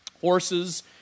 Horses